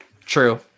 True